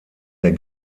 der